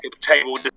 table